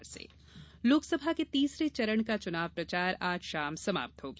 चुनाव प्रचार लोकसभा के तीसरे चरण का चुनाव प्रचार आज शाम समाप्त हो गया